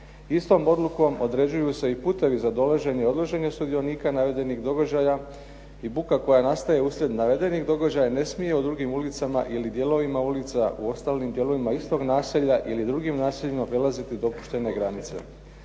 Istom odlukom određuju se i putevi za dolaženje i odlaženje sudionika navedenih događaja i buka koja nastaje uslijed navedenih događaja ne smije u drugim ulicama ili dijelovima ulica, u ostalim dijelovima istog naselja ili drugim naseljima prelaziti dopuštene granice.